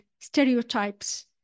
stereotypes